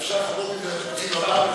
אפשר היה לחכות עם זה לתקציב הבא,